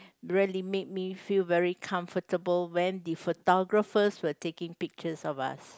really made me feel very comfortable when the photographers were taking pictures of us